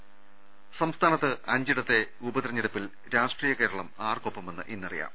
ൾ ൽ ൾ സംസ്ഥാനത്ത് അഞ്ചിടത്തെ ഉപതെരഞ്ഞെടുപ്പിൽ രാഷ്ട്രീയ കേരളം ആർക്കൊപ്പമെന്ന് ഇന്നറിയാം